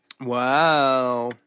Wow